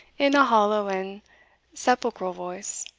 in a hollow and sepulchral voice,